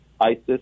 ISIS